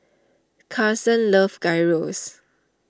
Carson loves Gyros